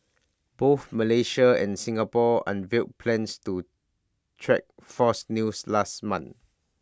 both Malaysia and Singapore unveiled plans to track false news last month